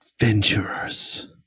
adventurers